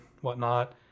whatnot